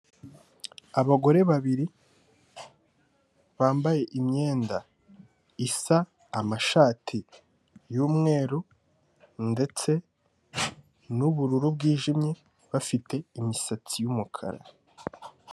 Abagore babiri bambaye imyenda isa amashati y'umweru ndetse n'ubururu bwijimye, bafite imisatsi y'umukara.